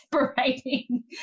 separating